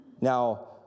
Now